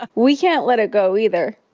ah we can't let it go, either.